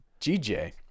gj